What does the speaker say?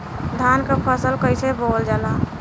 धान क फसल कईसे बोवल जाला?